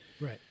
Right